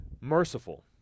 merciful